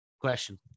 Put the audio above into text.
question